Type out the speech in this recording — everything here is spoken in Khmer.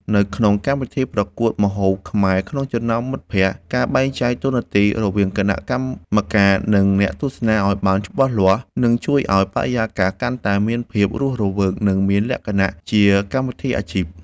នៅក្នុងកម្មវិធីប្រកួតធ្វើម្ហូបខ្មែរក្នុងចំណោមមិត្តភក្តិ ការបែងចែកតួនាទីរវាងគណៈកម្មការ និងអ្នកទស្សនាឱ្យបានច្បាស់លាស់ នឹងជួយឱ្យបរិយាកាសកាន់តែមានភាពរស់រវើក និងមានលក្ខណៈជាកម្មវិធីអាជីព។